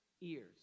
ears